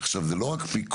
עכשיו, זה לא רק פיקוח.